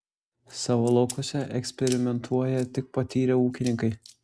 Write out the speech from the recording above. savo laukuose eksperimentuoja tik patyrę ūkininkai